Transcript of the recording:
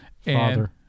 Father